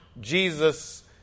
Jesus